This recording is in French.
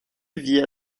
via